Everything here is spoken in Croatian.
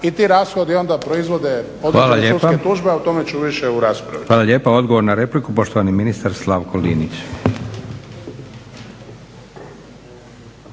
I ti rashodi onda proizvode određene sudske tuže a o tome ću više u raspravi. **Leko, Josip (SDP)** Hvala lijepa. Odgovor na repliku, poštovani ministar Slavko Linić.